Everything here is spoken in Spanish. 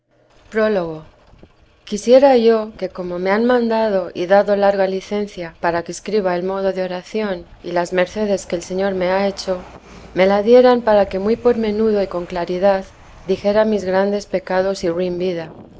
mmmmmmm quisiera yo que como me han mandado y dado larga licencia para que escriba el modo de oración y las mercedes que el señor me ha hecho me la dieran para que muy por menudo y con claridad dijera mis grandes pecados y ruin vida